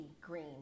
green